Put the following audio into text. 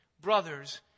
brothers